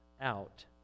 out